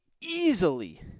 easily